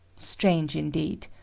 strange, indeed!